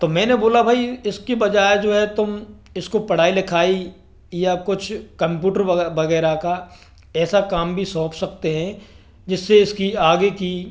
तो मेने बोला भाई इसकी वजाय जो है तुम इसको पढ़ाई लिखाई या कुछ कंप्यूटर वगेरह का ऐसा काम भी सौंप सकते है जिससे इसकी आगे की